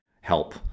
help